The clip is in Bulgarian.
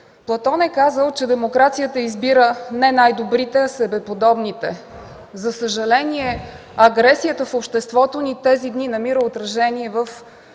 Платон е казал, че демокрацията избира не най-добрите, а себеподобните. За съжаление агресията в обществото ни тези дни намира отражение в